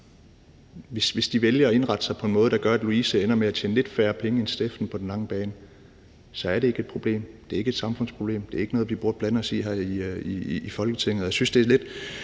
Hvis de vælger at indrette sig på en måde, der gør, at Louise ender med at tjene lidt færre penge end Steffen på den lange bane, så er det ikke et problem. Det er ikke et samfundsproblem. Det er ikke noget, vi burde blande os i her i Folketinget.